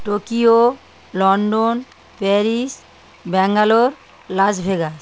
Tokyo London Paris Bangalore Las Vegas